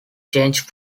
changed